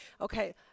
Okay